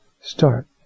start